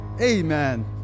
Amen